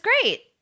great